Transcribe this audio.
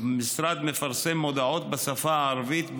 המשרד מפרסם מודעות בשפה הערבית,